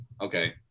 okay